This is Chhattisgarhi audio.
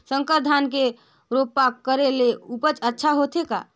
संकर धान के रोपा करे ले उपज अच्छा होथे का?